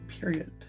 period